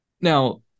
now